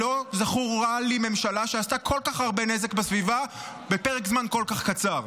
שלא זכורה לי ממשלה שעשתה כל כך הרבה נזק לסביבה בפרק זמן כל כך קצר.